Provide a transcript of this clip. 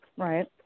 Right